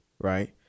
right